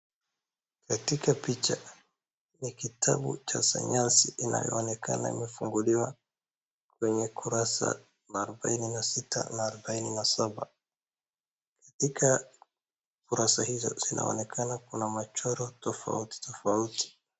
Katika picha hii, ni kitabu cha sayansi inayoonekana imefunguliwa kwenye kurasa wa arobaini na sita na arobaini na saba, katika ukurasa hizo zinaonekana kuna michoro tofauti tofauti.